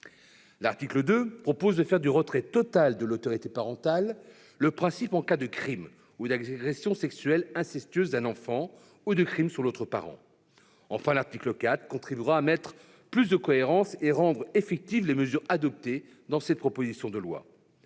L'article 2 prévoit de faire un principe du retrait total de l'autorité parentale en cas de crime ou d'agression sexuelle incestueuse sur l'enfant ou de crime sur l'autre parent. Enfin, l'article 3 contribuera à rendre plus cohérentes et effectives les mesures figurant dans cette proposition de loi.